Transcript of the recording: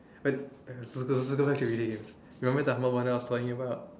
but l~ let's go back to games remember the humble bundle I was telling you about